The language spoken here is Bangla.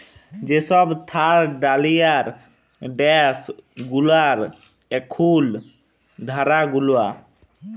যে সব থার্ড ডালিয়ার ড্যাস গুলার এখুল ধার গুলা